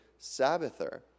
sabbather